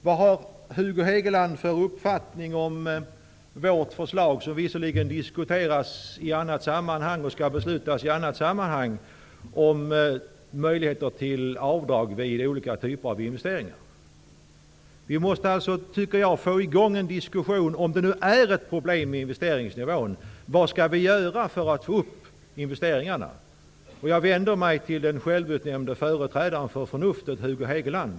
Vad har Hugo Hegeland för uppfattning om vårt förslag -- låt vara att beslutet om det skall fattas i annat sammanhang -- om möjligheter till avdrag vid olika typer av investeringar? Om nu investeringsnivån är ett problem måste vi, tycker jag, få i gång en diskussion om vad vi skall göra för att få upp den. Jag vänder mig då till den självutnämnde företrädaren för förnuftet, Hugo Hegeland.